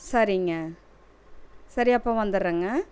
சரிங்க சரி அப்போ வந்துவிடுறேங்க